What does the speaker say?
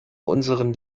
unseren